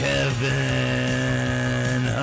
Kevin